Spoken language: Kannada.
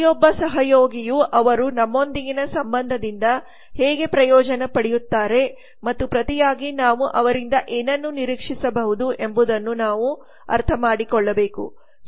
ಪ್ರತಿಯೊಬ್ಬ ಸಹಯೋಗಿಯು ಅವರು ನಮ್ಮೊಂದಿಗಿನ ಸಂಬಂಧದಿಂದ ಹೇಗೆ ಪ್ರಯೋಜನ ಪಡೆಯುತ್ತಾರೆ ಮತ್ತು ಪ್ರತಿಯಾಗಿ ನಾವು ಅವರಿಂದ ಏನನ್ನು ನಿರೀಕ್ಷಿಸಬಹುದು ಎಂಬುದನ್ನು ನಾವು ಅರ್ಥಮಾಡಿಕೊಳ್ಳಬೇಕು